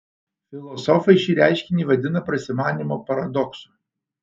filosofai šį reiškinį vadina prasimanymo paradoksu